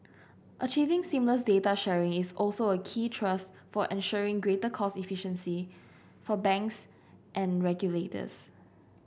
achieving seamless data sharing is also a key thrust for ensuring greater cost efficiency for banks and regulators